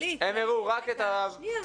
הם הראו רק את התלמידים.